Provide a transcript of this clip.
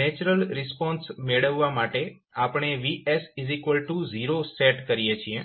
natural response મેળવવા માટે આપણે VS0 સેટ કરીએ છીએ